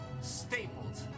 stapled